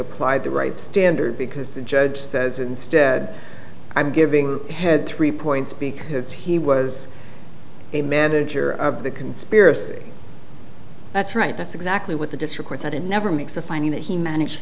applied the right standard because the judge says instead i'm giving had three points because he was a manager of the conspiracy that's right that's exactly what the district said he never makes a finding that he manage